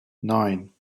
nine